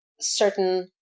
certain